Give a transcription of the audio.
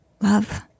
love